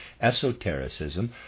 esotericism